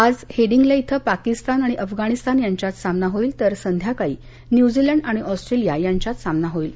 आज हेडिंग्ले इथं पाकिस्तान आणि अफगणिस्तान यांच्यात सामना होईल तर संध्याकाळी न्यूजीलंड आणि ऑस्ट्रेलिया यांच्यात सामना होईल